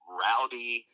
rowdy